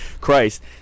Christ